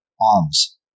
alms